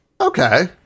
Okay